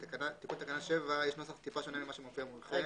בתיקון תקנה 7 יש נוסח טיפה שונה ממה שמופיע מולכם.